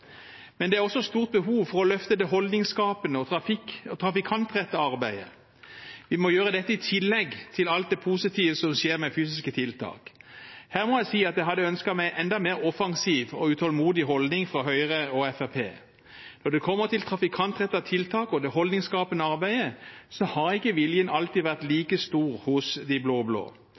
Men det er også et stort behov for å løfte det holdningsskapende og trafikantrettede arbeidet. Vi må gjøre dette i tillegg til alt det positive som skjer med fysiske tiltak. Her må jeg si at jeg hadde ønsket meg en enda mer offensiv og utålmodig holdning fra Høyre og Fremskrittspartiet. Når det kommer til trafikantrettede tiltak og det holdningsskapende arbeidet, har ikke viljen alltid vært like stor hos de